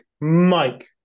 Mike